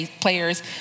players